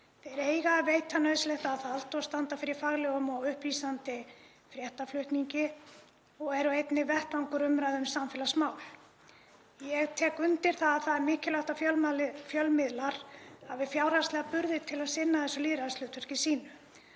Þeir eiga að veita nauðsynlegt aðhald og standa fyrir faglegum og upplýsandi fréttaflutningi og eru einnig vettvangur umræðu um samfélagsmál. Ég tek undir að það er mikilvægt að fjölmiðlar hafi fjárhagslega burði til að sinna þessu lýðræðishlutverki sínu.